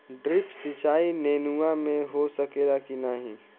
Drip सिंचाई नेनुआ में हो सकेला की नाही?